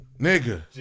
Nigga